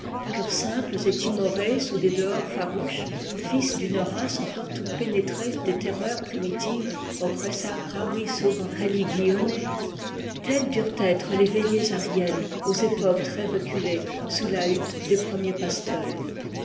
cœurs simples et timorés sous des dehors farouches fils d'une race encore toute pénétrée des terreurs primitives oppressa gravi sub reuigione telles durent être les veillées aryennes aux époques très reculées sous la hutte des premiers pasteurs